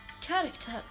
Character